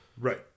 Right